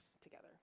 together